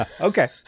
Okay